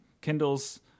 Kindles